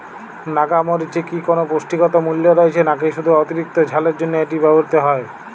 নাগা মরিচে কি কোনো পুষ্টিগত মূল্য রয়েছে নাকি শুধু অতিরিক্ত ঝালের জন্য এটি ব্যবহৃত হয়?